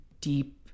deep